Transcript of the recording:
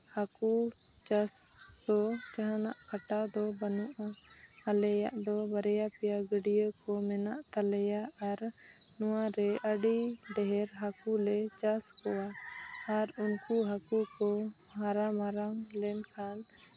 ᱦᱟᱹᱠᱩ ᱪᱟᱥ ᱦᱚᱸ ᱡᱟᱦᱟᱱᱟᱜ ᱠᱷᱟᱴᱟᱣ ᱫᱚ ᱵᱟᱹᱱᱩᱜᱼᱟ ᱟᱞᱮᱭᱟᱜ ᱫᱚ ᱵᱟᱨᱭᱟ ᱯᱮᱭᱟ ᱜᱟᱹᱰᱭᱟᱹ ᱠᱚ ᱢᱮᱱᱟᱜ ᱛᱟᱞᱮᱭᱟ ᱟᱨ ᱱᱚᱣᱟᱨᱮ ᱟᱹᱰᱤ ᱰᱷᱮᱹᱨ ᱦᱟᱹᱠᱩ ᱞᱮ ᱪᱟᱥ ᱠᱚᱣᱟ ᱟᱨ ᱩᱱᱠᱩ ᱦᱟᱹᱠᱩ ᱠᱚ ᱦᱟᱨᱟ ᱢᱟᱨᱟᱝ ᱞᱮᱱᱠᱷᱟᱱ